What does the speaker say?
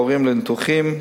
תורים לניתוחים,